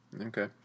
Okay